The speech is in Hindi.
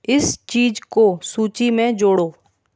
इस चीज को सूची में जोड़ो